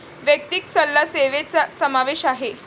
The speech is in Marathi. वैयक्तिक सल्ला सेवेचा समावेश आहे